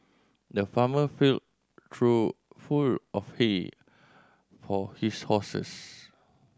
the farmer filled trough full of hay for his horses